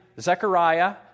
Zechariah